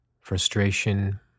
frustration